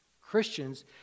Christians